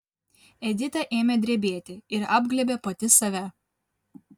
edita ėmė drebėti ir apglėbė pati save